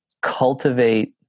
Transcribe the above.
cultivate